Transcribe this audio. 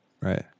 right